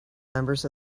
members